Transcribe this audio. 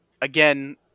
again